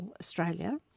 Australia